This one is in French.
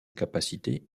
capacité